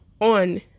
on